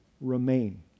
remain